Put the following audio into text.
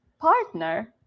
partner